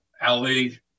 Ali